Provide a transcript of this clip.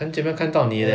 很久没有看到你 eh